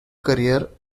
career